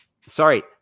Sorry